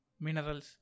minerals